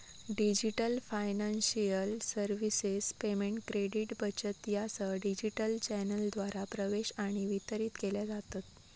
digital financial services payment, credit, बचत यासह digital चॅनेलद्वारा प्रवेश आणि वितरित केल्या जातत